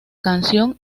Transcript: canción